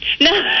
No